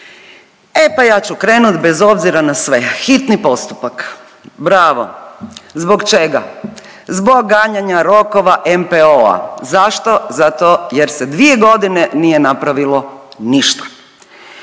E pa ja ću krenut bez obzira na sve. Hitni postupak bravo. Zbog čega? Zbog ganjanja rokova NPOO-a. Zašto? Zato jer se dvije godine nije napravilo ništa.